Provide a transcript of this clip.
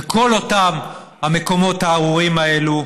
וכל אותם המקומות הארורים האלה.